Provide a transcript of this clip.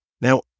Now